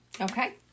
Okay